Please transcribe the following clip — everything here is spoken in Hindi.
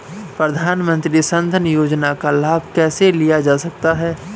प्रधानमंत्री जनधन योजना का लाभ कैसे लिया जा सकता है?